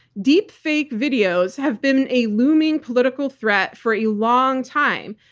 deep fake videos have been a looming political threat for a long time,